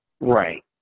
right